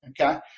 okay